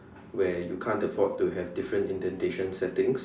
where you can't afford to have different indentation settings